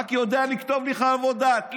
רק יודע לכתוב לי חוות דעת.